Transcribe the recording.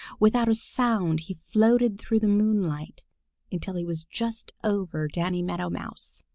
without a sound he floated through the moonlight until he was just over danny meadow mouse.